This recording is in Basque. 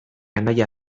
anaia